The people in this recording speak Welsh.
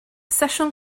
sesiwn